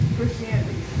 Christianity